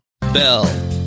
Bell